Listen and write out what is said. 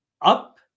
up